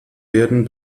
werden